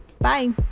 Bye